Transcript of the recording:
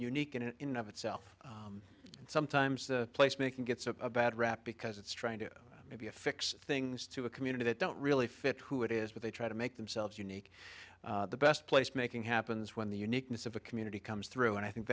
unique in itself sometimes the place making gets a bad rap because it's trying to fix things to a community that don't really fit who it is but they try to make themselves unique the best place making happens when the uniqueness of a community comes through and i think